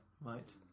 Right